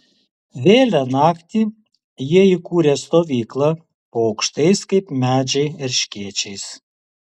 vėlią naktį jie įkūrė stovyklą po aukštais kaip medžiai erškėčiais